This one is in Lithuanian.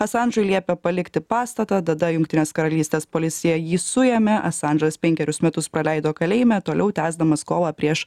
asandžui liepė palikti pastatą tada jungtinės karalystės policija jį suėmė asandžas penkerius metus praleido kalėjime toliau tęsdamas kovą prieš